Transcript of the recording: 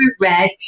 red